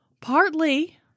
Partly